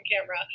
camera